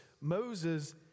Moses